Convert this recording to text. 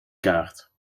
kaart